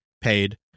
paid